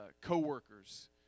co-workers